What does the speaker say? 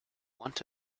want